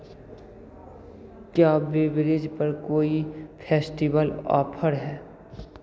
क्या बेवरेजेज पर कोई फेस्टिवल ऑफर है